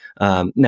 Now